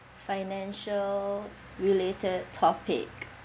financial related topic